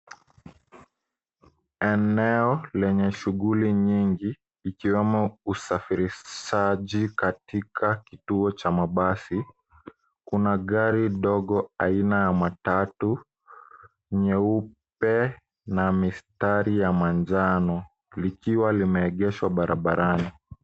Eneo lenye shughuli nyingi ikiwemo usafirishaji katika kituo cha mabasi. Kuna gari ndogo aina ya matatu, nyeupe, na mistari ya manjano, likiwa limeegeshwa barabarani.